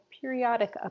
periodic